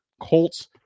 Colts